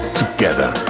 together